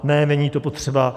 Ne, není to potřeba.